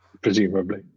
presumably